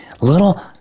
little